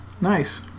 Nice